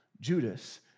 Judas